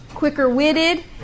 quicker-witted